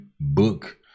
book